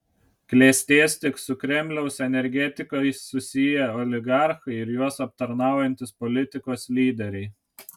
klestės tik su kremliaus energetikais susiję oligarchai ir juos aptarnaujantys politikos lyderiai